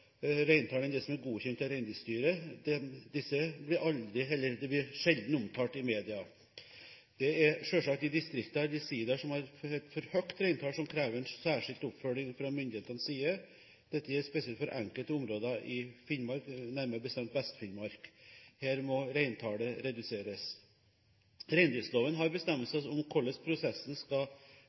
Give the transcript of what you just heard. reintall enn det som er godkjent av Reindriftsstyret. Disse blir aldri eller sjelden omtalt i media. Det er selvsagt de distrikter/sidaer som har et for høyt reintall, som krever en særskilt oppfølging fra myndighetenes side. Dette gjelder spesielt for enkelte områder i Finnmark, nærmere bestemt Vest-Finnmark. Her må reintallet reduseres. Reindriftsloven har bestemmelser om hvordan prosessen skal